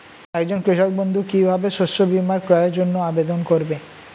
একজন কৃষক বন্ধু কিভাবে শস্য বীমার ক্রয়ের জন্যজন্য আবেদন করবে?